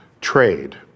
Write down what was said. trade